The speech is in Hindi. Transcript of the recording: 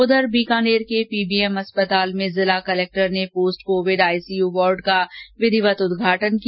उधर बीकानेर के पीबीएम अस्पताल में जिला कलेक्ट्रेट ने पोस्ट कोविड आईसीयू वार्ड का विधिवत उद्घाटन किया